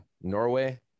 Norway